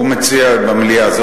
הוא מציע דיון במליאה,